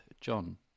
John